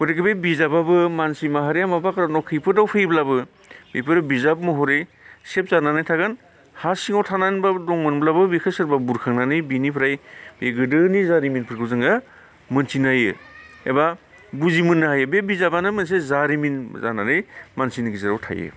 गतिके बे बिजाबाबो मानसि माहारिया माबा कारनाव खैफोदाव फैयोब्लाबो बेफोरो बिजाब महरै सेभ जानानै थागोन हा सिङाव थानानैबाबो दंमोनब्लाबो बेखौ सोरबा बुरखांनानै बिनिफ्राय बे गोदोनि जारिमिनफोरखौ जोङो मिन्थिनो हायो एबा बुजि मोननो हायो बे बिजाबानो मोनसे जारिमिन जानानै मानसिनि गेजेराव थायो